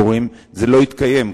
זה לא יתקיים,